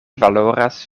valoras